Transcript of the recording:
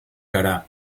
gara